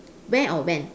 where or when